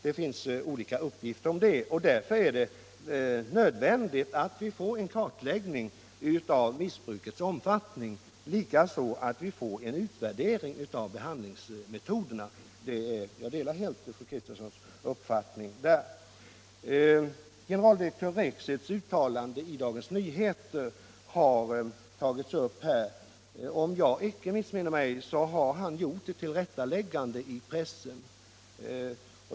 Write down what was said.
Det finns olika uppgifter, och därför är det nödvändigt att vi får en kartläggning av missbrukets omfattning och likaså att vi får en utvärdering av behandlingsmetoderna. Jag delar helt fru Kristenssons uppfattning därvidlag. Generaldirektör Rexeds uttalande i Dagens Nyheter har tagits upp här. Om jag inte missminner mig har han gjort ett tillrättaläggande i pressen.